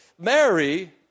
Mary